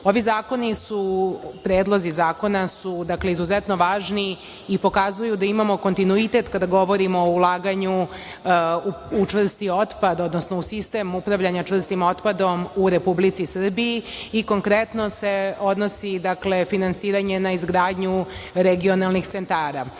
otpada. Ovi predlozi zakona su, dakle, izuzetno važni i pokazuju da imamo kontinuitet kada govorimo o ulaganju u čvrsti otpad, odnosno u sistem upravljanja čvrstim otpadom u Republici Srbiji i konkretno se odnosi finansiranje na izgradnju regionalnih centara. Želela